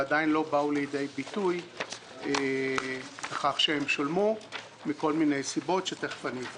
ועדיין לא באו לידי ביטוי לכך שהם שולמו מכל מיני סיבות שאפרט.